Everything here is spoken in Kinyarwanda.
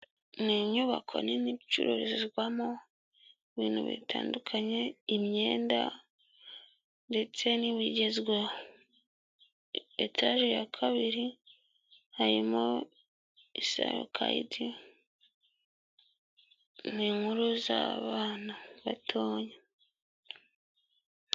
Ni inyubako nini icururizwamo ibintu bitandukanye imyenda, ndetse n'ibigezweho. Etage ya kabiri harimo isaro kayizi, ni inkuru z'abana batoya.